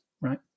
right